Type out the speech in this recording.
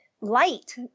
light